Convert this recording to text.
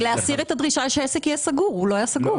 ולהסיר את הדרישה שהעסק היה סגור כי הוא לא היה סגור.